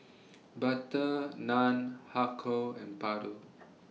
Butter Naan Har Kow and Paru